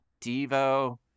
Devo